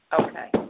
Okay